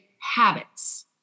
habits